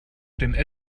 dem